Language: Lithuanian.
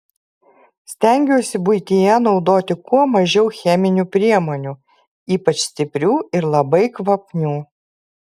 stengiuosi buityje naudoti kuo mažiau cheminių priemonių ypač stiprių ir labai kvapnių